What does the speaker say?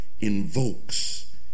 invokes